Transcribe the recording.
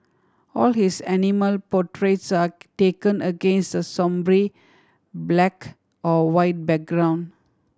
all his animal portraits are taken against a sombre black or white background